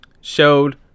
showed